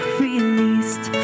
released